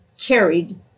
carried